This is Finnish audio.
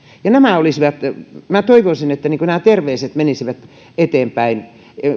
ja toivoisin että nämä terveiset menisivät eteenpäin